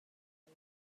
bal